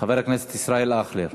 חבר הכנסת ישראל אייכלר.